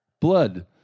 Blood